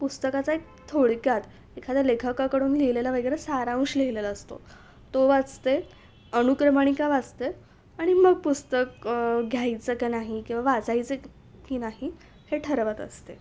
पुस्तकाचा एक थोडक्यात एखाद्या लेखकाकडून लिहिलेला वगैरे सारांश लिहिलेला असतो तो वाचते अनुक्रमणिका वाचते आणि मग पुस्तक घ्यायचं का नाही किंवा वाचायचं की नाही हे ठरवत असते